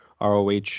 ROH